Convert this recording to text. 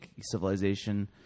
civilization